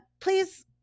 Please